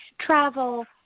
travel